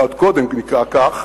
עוד קודם זה נקרא כך,